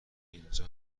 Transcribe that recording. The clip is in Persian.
اینجا